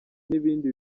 n’ibindi